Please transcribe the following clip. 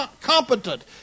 competent